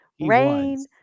Rain